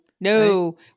No